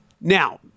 Now